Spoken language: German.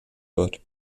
wird